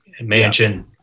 Mansion